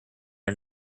are